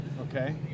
Okay